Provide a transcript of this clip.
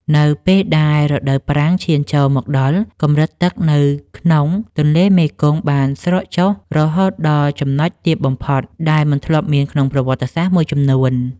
នៅពេលដែលរដូវប្រាំងឈានចូលមកដល់ កម្រិតទឹកនៅក្នុងទន្លេមេគង្គបានស្រកចុះរហូតដល់ចំណុចទាបបំផុតដែលមិនធ្លាប់មានក្នុងប្រវត្តិសាស្ត្រមួយចំនួន។